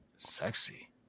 Sexy